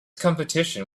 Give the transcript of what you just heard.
competition